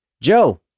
Joe